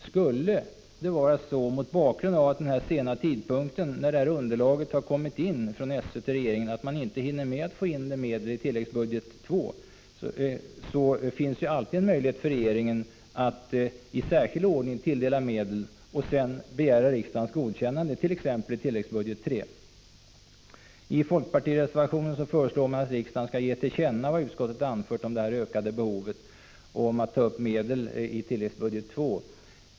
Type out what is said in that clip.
Skulle det — mot bakgrund av den sena tidpunkt när underlaget från SÖ kom in till regeringen — vara så att regeringen inte hinner få med medeli tilläggsbudget II, finns det alltid möjlighet för regeringen att i särskild ordning tilldela medel och sedan begära riksdagens godkännande, t.ex. beträffande tilläggsbudget III. I folkpartireservation 2 vill man att riksdagen skall ge till känna vad man anfört om ökat behov av att ta upp medel på tilläggsbudget II.